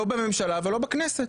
לא בממשלה ולא בכנסת,